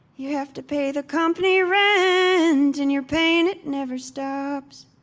you have to pay the company rent, and and your pain, it never stops.